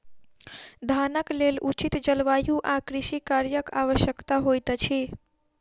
धानक लेल उचित जलवायु आ कृषि कार्यक आवश्यकता होइत अछि